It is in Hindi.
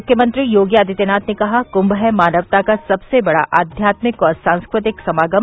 मुख्यमंत्री योगी आदित्यनाथ ने कहा कुंभ है मानवता का सबसे बड़ा आध्यात्मिक और सांस्कृतिक समागम